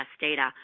data